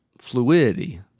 fluidity